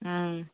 হুম